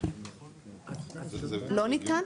לא ניתן?